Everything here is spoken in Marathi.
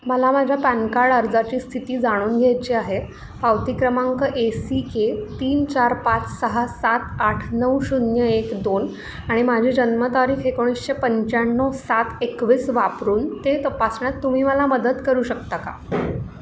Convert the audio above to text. मला माझ्या पॅन काड अर्जाची स्थिती जाणून घ्यायची आहे पावती क्रमांक ए सी के तीन चार पाच सहा सात आठ नऊ शून्य एक दोन आणि माझी जन्मतारीख एकोणीसशे पंच्याण्णव सात एकवीस वापरून ते तपासण्यात तुम्ही मला मदत करू शकता का